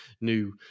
new